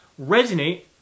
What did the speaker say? resonate